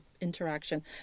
interaction